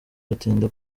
batinda